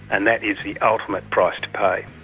and that is the ultimate price to pay.